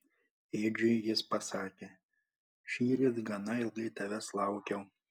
edžiui jis pasakė šįryt gana ilgai tavęs laukiau